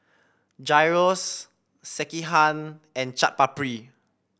Gyros Sekihan and Chaat Papri